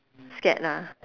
scared ah